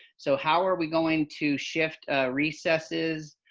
so how are we going to shift recesses,